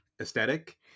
aesthetic